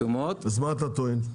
אתה טוען?